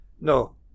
No